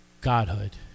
godhood